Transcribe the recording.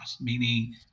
meaning